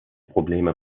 probleme